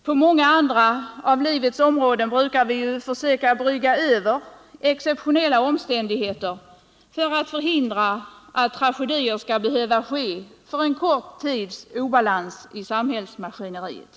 På många andra av livets områden brukar vi försöka brygga över exceptionella omständigheter för att förhindra att tragedier skall behöva inträffa på grund av en kort tids obalans i samhällsmaskineriet.